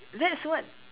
that is what